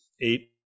eight